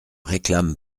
réclame